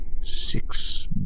six